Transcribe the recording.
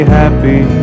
happy